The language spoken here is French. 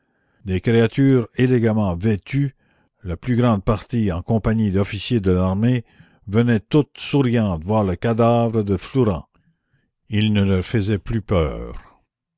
des créatures élégamment vêtues la plus grande partie en compagnie d'officiers de l'armée venaient toutes souriantes voir le cadavre de flourens il ne leur faisait plus peur